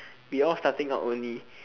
we all starting out only